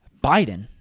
Biden